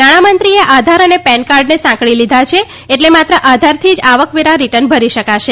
નાણામંત્રીએ આધાર અને પેન કાર્ડને સાંકળી લીધાં છે એટલે માત્ર આધારથી જ આવકવેરા રીટર્ન ભરી શકાશે